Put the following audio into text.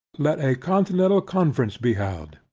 let a continental conference be held,